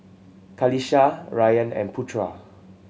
Qalisha Ryan and Putra